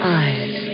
eyes